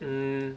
mm